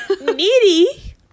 Needy